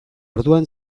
orduan